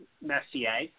Messier